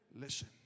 Listen